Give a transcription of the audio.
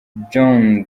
john